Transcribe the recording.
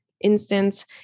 instance